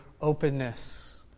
openness